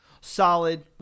Solid